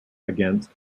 against